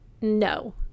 no